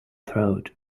throat